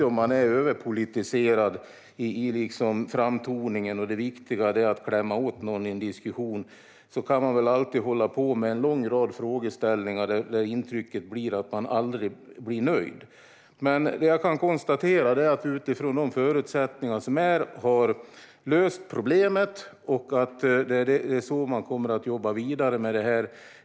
Om man är överpolitiserad i framtoningen, och om det viktiga är att klämma åt någon i en diskussion, kan man alltid hålla på med en lång rad frågeställningar där intrycket blir att man aldrig blir nöjd. Jag kan konstatera att vi utifrån de förutsättningar som råder har löst problemet och att det är så man kommer att jobba vidare med det här.